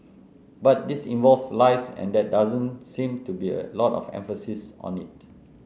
but this involves lives and there doesn't seem to be a lot of emphasis on it